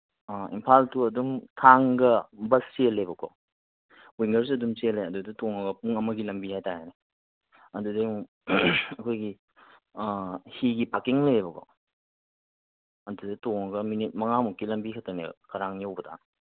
ꯑ ꯏꯝꯐꯥꯜ ꯇꯨ ꯑꯗꯨꯝ ꯊꯥꯡꯒ ꯕꯁ ꯆꯦꯜꯂꯦꯕꯀꯣ ꯋꯤꯡꯒꯔꯁꯨ ꯑꯗꯨꯝ ꯆꯦꯜꯂꯦ ꯑꯗꯨꯗ ꯇꯣꯡꯉꯒ ꯄꯨꯡ ꯑꯃꯒꯤ ꯂꯝꯕꯤ ꯍꯥꯏ ꯇꯥꯔꯦꯅꯦ ꯑꯗꯨꯗꯩ ꯑꯃꯨꯛ ꯑꯩꯈꯣꯏꯒꯤ ꯍꯤꯒꯤ ꯄꯥꯀꯤꯡ ꯂꯩꯌꯦꯕꯀꯣ ꯑꯗꯨꯗ ꯇꯣꯡꯉꯒ ꯃꯤꯅꯤꯠ ꯃꯉꯥꯃꯨꯛꯀꯤ ꯂꯝꯕꯤꯈꯛꯇꯅꯦꯕ ꯀꯔꯥꯡ ꯌꯧꯕꯗ